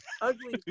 ugly